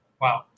wow